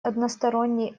односторонний